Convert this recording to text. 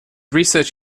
research